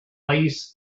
lace